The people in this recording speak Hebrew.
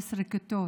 15 כיתות,